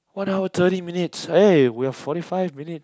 one hour thirty minutes eh we are forty five minute